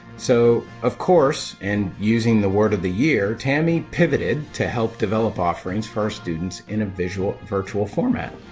so of course and using the word of the year tammy pivoted to help develop offerings for our students in a visual virtual format.